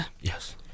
Yes